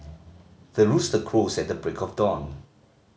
the rooster crows at the break of dawn